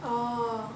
oh